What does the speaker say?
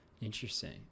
Interesting